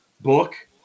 book